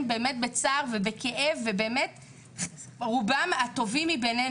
באמת בצער ובכאב ורובן מהטובים שבנו.